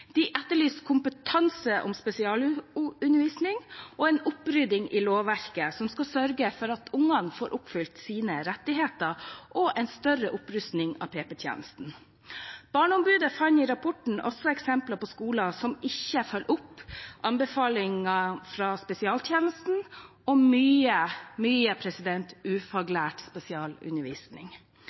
de trenger. De etterlyser kompetanse om spesialundervisning og en opprydding i lovverket som skal sørge for at ungene får oppfylt sine rettigheter og en større opprustning av PP-tjenesten. Barneombudet fant i rapporten også eksempler på skoler som ikke følger opp anbefalinger fra spesialtjenesten, og mye ufaglært spesialundervisning.